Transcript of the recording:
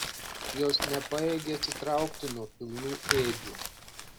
jos nepajėgė atsitraukti nuo pilnų ėdžių